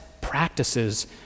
practices